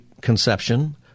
conception